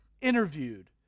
interviewed